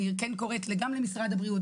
אני קוראת גם למשרד הבריאות,